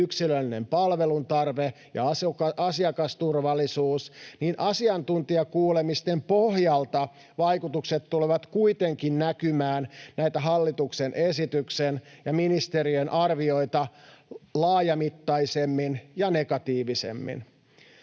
yksilöllinen palveluntarve ja asiakasturvallisuus, niin asiantuntijakuulemisten pohjalta vaikutukset tulevat kuitenkin näkymään näitä hallituksen esityksen ja ministeriön arvioita laajamittaisemmin ja negatiivisemmin.